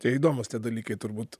tai įdomūs tie dalykai turbūt